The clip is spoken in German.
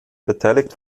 beteiligt